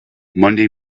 monday